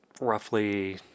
roughly